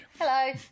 Hello